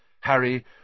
Harry